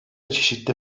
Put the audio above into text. çeşitli